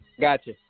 Gotcha